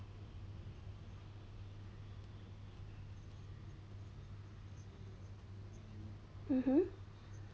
mmhmm